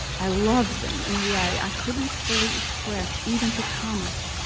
i loved them in a way i couldn't fully express, even to thomas.